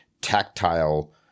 tactile